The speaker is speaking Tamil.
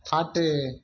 பாட்டு